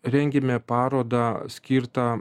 rengiame parodą skirtą